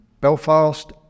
Belfast